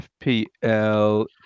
FPL